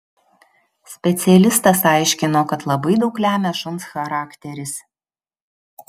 specialistas aiškino kad labai daug lemia šuns charakteris